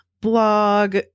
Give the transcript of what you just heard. blog